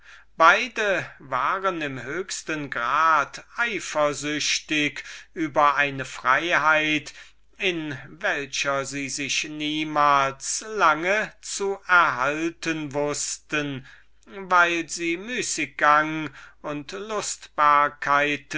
beide waren im höchsten grad eifersüchtig über eine freiheit in welcher sie sich niemals lange zu erhalten wußten weil sie müßiggang und